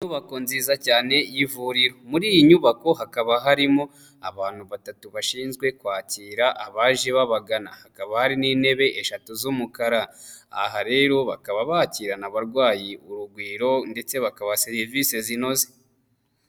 Inyubako nziza cyane y'ivuriro muri iyi nyubako hakaba harimo abantu batatu bashinzwe kwakira abaje babagana hakaba hari n'intebe eshatu z'umukara, aha rero bakaba bakirana abarwayi urugwiro ndetse bakabaha serivise zinoze.